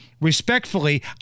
respectfully